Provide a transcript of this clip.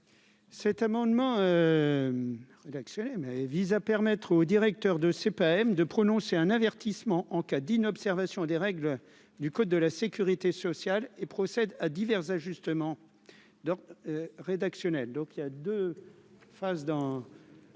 mais vise à permettre aux directeurs de CPAM de prononcer un avertissement en cas d'inobservation des règles du code de la sécurité sociale et procède à divers ajustements. 2 rédactionnelle,